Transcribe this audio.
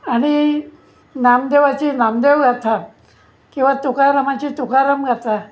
आणि नामदेवाची नामदेव गाथा किंवा तुकारामाची तुकाराम गाथा